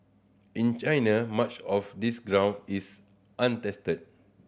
in China much of this ground is untested